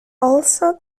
also